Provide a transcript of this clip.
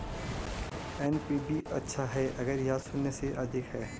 NPV अच्छा है अगर यह शून्य से अधिक है